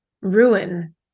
ruin